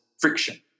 friction